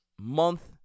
month